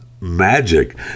Magic